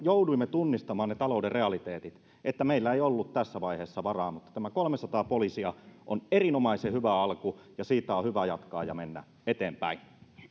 jouduimme tunnistamaan ne talouden realiteetit että meillä ei ollut tässä vaiheessa varaa tämä kolmesataa poliisia on erinomaisen hyvä alku ja siitä on on hyvä jatkaa ja mennä eteenpäin